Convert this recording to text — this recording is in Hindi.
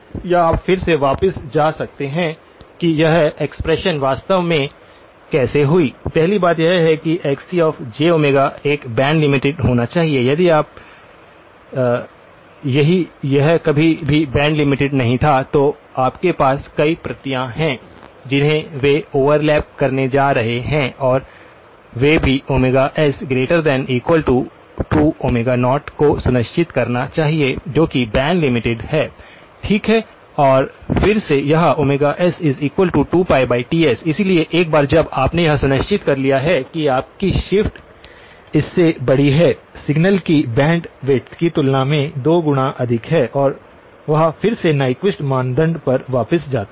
या आप फिर से वापस जा सकते हैं कि यह एक्सप्रेशन वास्तव में कैसे हुई पहली बात यह है कि Xcj एक बैंड लिमिटेड होना चाहिए यदि यह कभी भी बैंड लिमिटेड नहीं था तो आपके पास कई प्रतियाँ हैं जिन्हें वे ओवरलैप करने जा रहे हैं और वे भी s≥20 को सुनिश्चित करना चाहिए जो कि बैंड लिमिट है ठीक है और फिर से यह s2πTs इसलिए एक बार जब आपने यह सुनिश्चित कर लिया है कि आपकी शिफ्ट इससे बड़ी है सिग्नल की बैंड विड्थ की तुलना में 2 गुना अधिक है और वह फिर से न्यक्विस्ट मानदंड पर वापस जाता है